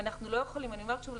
אנחנו לא יכולים אני אומרת שוב,